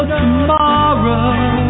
tomorrow